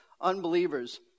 unbelievers